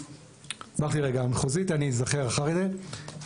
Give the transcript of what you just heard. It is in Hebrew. ברח לי רגע המחוזית אני אזכר אחרי זה,